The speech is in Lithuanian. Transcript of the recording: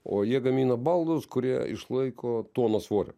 o jie gamina baldus kurie išlaiko toną svorio